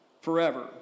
Forever